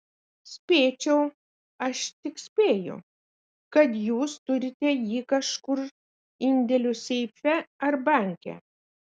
spėčiau aš tik spėju kad jūs turite jį kažkur indėlių seife ar banke